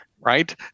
right